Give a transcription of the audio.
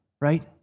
right